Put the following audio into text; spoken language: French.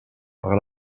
par